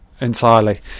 Entirely